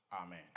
Amen